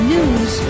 News